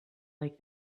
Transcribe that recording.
like